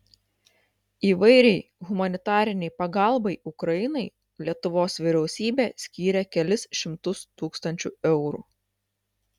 įvairiai humanitarinei pagalbai ukrainai lietuvos vyriausybė skyrė kelis šimtus tūkstančių eurų